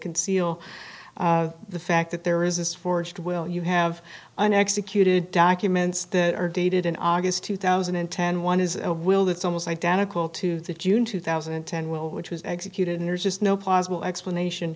conceal the fact that there is this forged will you have an executed documents that are dated in august two thousand and ten one is a will that's almost identical to the june two thousand and ten will which was executed there's just no possible explanation